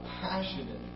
passionate